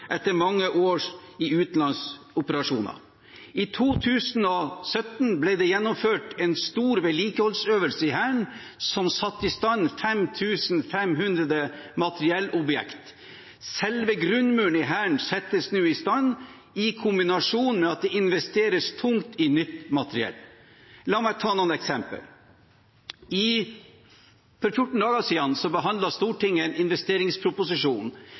etter mange år i utenlandsoperasjoner. I 2017 ble det gjennomført en stor vedlikeholdsøvelse i Hæren, man satte i stand 5 500 materiellobjekter. Selve grunnmuren i Hæren settes nå i stand, i kombinasjon med at det investeres tungt i nytt materiell. La meg ta noen eksempler. For 14 dager siden behandlet Stortinget en investeringsproposisjon.